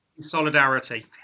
solidarity